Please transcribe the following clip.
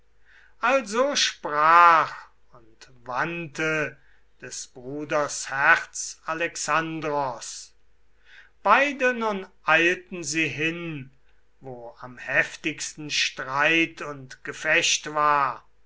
also sprach und wandte des bruders herz alexandros beide nun eilten sie hin wo am heftigsten streit und gefecht war